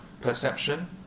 perception